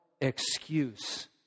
excuse